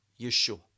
yeshua